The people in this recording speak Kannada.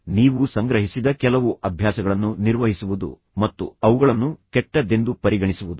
ಉದಾಹರಣೆಗೆ ನೀವು ಸಂಗ್ರಹಿಸಿದ ಕೆಲವು ಅಭ್ಯಾಸಗಳನ್ನು ನಿರ್ವಹಿಸುವುದು ಮತ್ತು ಅವುಗಳನ್ನು ಕೆಟ್ಟದ್ದೆಂದು ಪರಿಗಣಿಸುವುದು